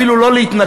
אפילו לא להתנגד,